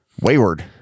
Wayward